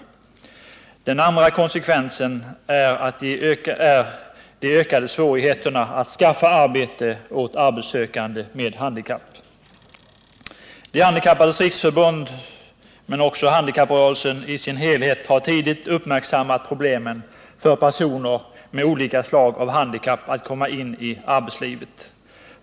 Den andra konsekver.sen är de ökade svårigheterna att skaffa arbete åt arbetssökande med handikapp. De handikappades riksförbund, men också handikapprörelsen i sin helhet, har tidigt uppmärksammat problemen för personer med olika slag av handikapp att komma in i arbetslivet.